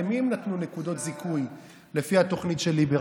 למי הם נתנו נקודות זיכוי לפי התוכנית של ליברמן?